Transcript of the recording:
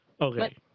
Okay